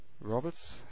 Roberts